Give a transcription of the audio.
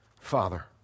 Father